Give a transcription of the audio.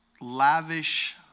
lavish